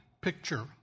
picture